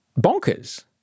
bonkers